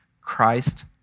Christ